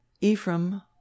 Ephraim